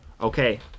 Okay